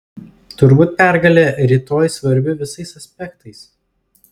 turbūt pergalė rytoj svarbi visais aspektais